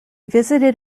visited